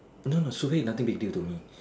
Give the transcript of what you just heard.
no no nothing survey is nothing big deal to me